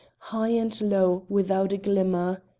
high and low, without a glimmer.